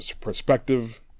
perspective